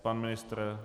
Pan ministr?